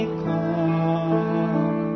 come